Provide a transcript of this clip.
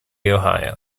ohio